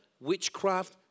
witchcraft